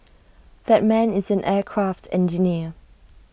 that man is an aircraft engineer